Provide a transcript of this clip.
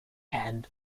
and